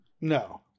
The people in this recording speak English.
No